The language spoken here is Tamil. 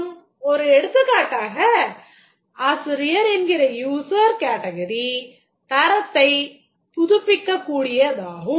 மற்றும் ஒரு எடுத்துக்காட்டாக ஆசிரியர் என்கிற யூசர் கேட்டகிரி தரத்தைப் புதுப்பிக்கக்கூடியதாகும்